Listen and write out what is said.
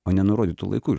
o ne nurodytu laiku